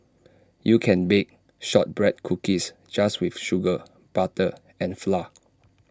you can bake Shortbread Cookies just with sugar butter and flour